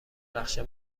نقشه